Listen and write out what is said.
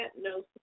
no